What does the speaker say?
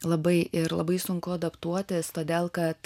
labai ir labai sunku adaptuotis todėl kad